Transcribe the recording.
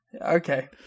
Okay